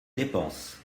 dépenses